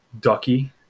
Ducky